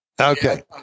Okay